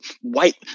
white